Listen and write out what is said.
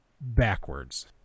backwards